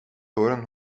horen